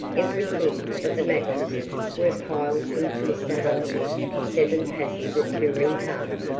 everything but the mattresses were piled into mr. hunter's seven-passenger touring car,